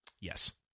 Yes